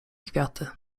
kwiaty